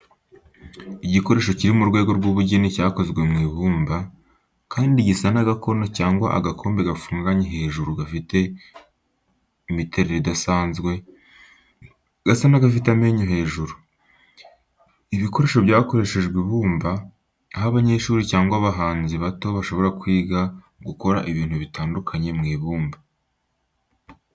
Igikoresho kiri mu rwego rw’ubugeni cyakozwe mu ibumba, kandi gisa n'agakono cyangwa agakombe gafunganye hejuru gafite imiterere idasanzwe, gasa n'agafite amenyo hejuru. Ibikoresho byakoreshejwe ibumba, aho abanyeshuri cyangwa abahanzi bato bashobora kwiga gukora ibintu bitandukanye mu ibumba.